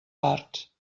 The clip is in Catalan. parts